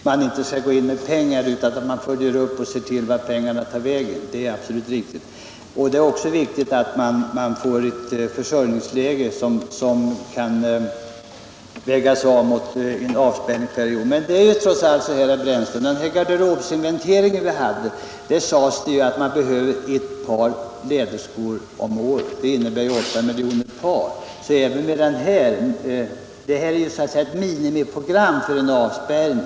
Herr talman! Det är naturligtvis viktigt att man inte går in med pengar utan att följa upp vart dessa tar vägen. Det är också viktigt att det skapas ett försörjningsläge som kan vägas av mot en avspärrningsperiod. Vid den garderobsinventering som gjordes sades det att var och en behöver ett par läderskor om året. Det innebär 8 miljoner par, och propositionens förslag är därför ett minimiprogram för en avspärrning.